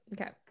Okay